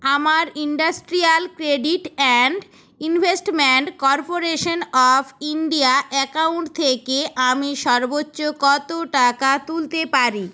আমার industrial credit and investment corporation of India account থেকে আমি সর্বোচ্চ কত টাকা তুলতে পারি